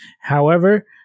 However-